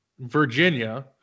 Virginia